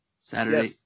Saturday